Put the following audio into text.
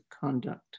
conduct